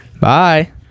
Bye